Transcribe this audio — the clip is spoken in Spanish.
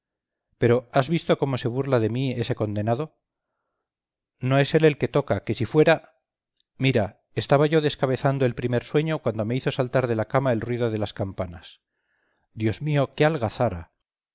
pero has visto cómo se burla de mí ese condenado no es él el que toca que si fuera mira estaba yo descabezando el primer sueño cuando me hizo saltar de la cama el ruido de las campanas dios mío qué algazara